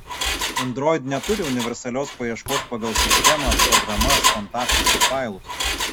android neturi universalios paieškos pagal sistemą programas kontaktus ir failus